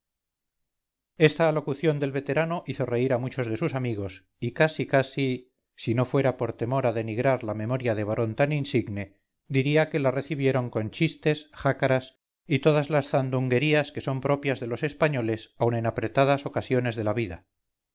esta alocución del veterano hizo reír a muchos de sus amigos y casi casi si no fuera por temor a denigrar la memoria de varón tan insigne diría que la recibieron con chistes jácaras y todas las zandunguerías que son propias de los españoles aun en apretadas ocasiones de la vida